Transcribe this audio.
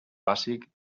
bàsic